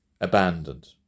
Abandoned